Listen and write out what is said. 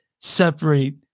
separate